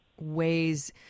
ways